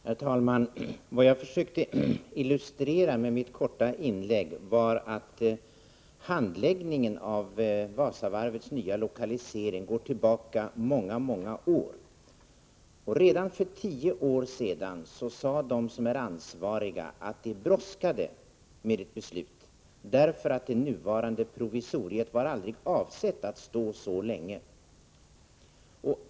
Herr talman! Vad jag försökte illustrera med mitt korta inlägg var att handläggningen av frågan om Wasavarvets nya lokalisering pågått många, många år. Redan för tio år sedan sade de som är ansvariga att det brådskade med ett beslut därför att det nuvarande provisoriet aldrig var avsett att stå så länge.